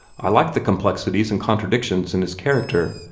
i like the complexities and contradictions in his character.